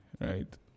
right